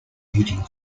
eating